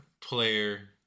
player